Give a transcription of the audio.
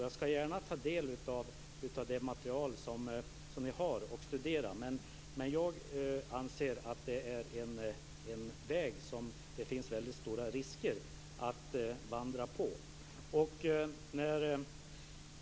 Jag skall gärna ta del av det material som ni har och studera det, men jag anser att det är en väg som det är väldigt riskabelt att vandra på.